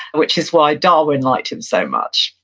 which is why darwin liked him so much.